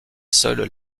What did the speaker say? seul